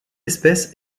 espèce